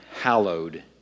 hallowed